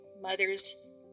mother's